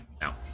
now